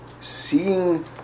seeing